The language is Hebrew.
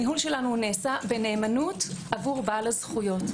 הניהול שלנו נעשה בנאמנות עבור בעל הזכויות.